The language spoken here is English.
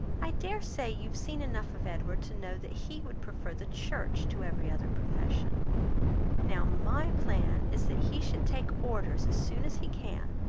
i dare say you have seen enough of edward to know that he would prefer the church to every other profession now my plan is that he should take orders as soon as he can,